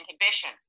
inhibition